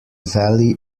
valley